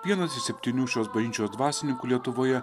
vienas iš septynių šios bažnyčios dvasininkų lietuvoje